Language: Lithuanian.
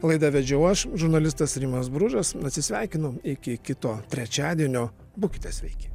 laidą vedžiau aš žurnalistas rimas bružas atsisveikinu iki kito trečiadienio būkite sveiki